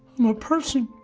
i'm a person